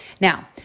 Now